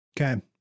Okay